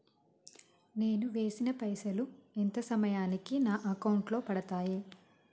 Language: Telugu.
నేను వేసిన పైసలు ఎంత సమయానికి నా అకౌంట్ లో పడతాయి?